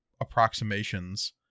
approximations